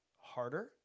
harder